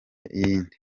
yindi